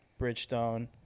bridgestone